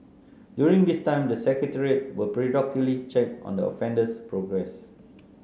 during this time the Secretariat will periodically check on the offender's progress